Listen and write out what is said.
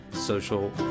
Social